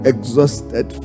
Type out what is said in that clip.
Exhausted